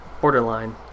Borderline